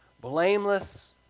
blameless